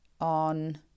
on